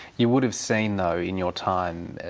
you would have seen, though, in your time,